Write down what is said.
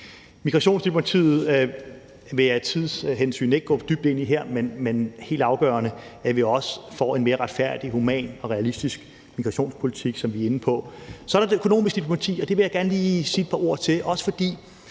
Migrationsdiplomatiet vil jeg af tidshensyn ikke gå for dybt ind i her, men det er også helt afgørende, at vi får en mere retfærdig, human og realistisk migrationspolitik, som vi har været inde på. Kl. 20:26 Så er der det økonomiske diplomati, og det vil jeg gerne lige sige et par ord om, også fordi